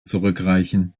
zurückreichen